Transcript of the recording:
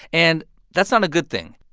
and that's not a good thing.